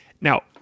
now